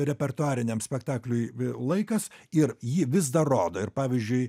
repertuariniam spektakliui laikas ir jį vis dar rodo ir pavyzdžiui